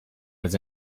was